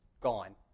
gone